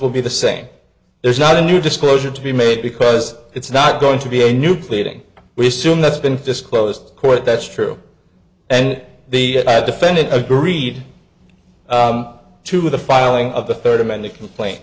will be the same there's not a new disclosure to be made because it's not going to be a new pleading we assume that's been fiske closed court that's true and the defendant agreed to the filing of the third amended complaint